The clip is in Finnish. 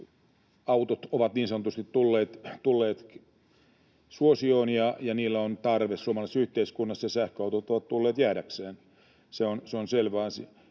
autot ovat tulleet suosioon ja niille on tarve suomalaisessa yhteiskunnassa. Sähköautot ovat tulleet jäädäkseen, se on selvä